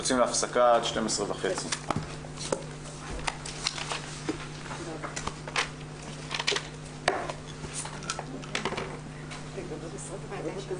הישיבה ננעלה בשעה 12:24.